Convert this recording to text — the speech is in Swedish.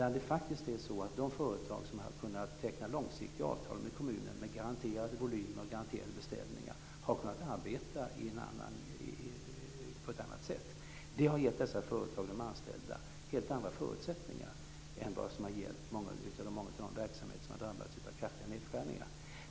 De företag som har kunnat teckna långsiktiga avtal med kommunen, med garanterade volymer och garanterade beställningar, har däremot kunnat arbeta på ett annat sätt. Det har gett dessa företag och de anställda helt andra förutsättningar än som gällt många av de verksamheter som har drabbats av kraftiga nedskärningar.